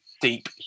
deep